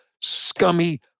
scummy